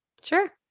Sure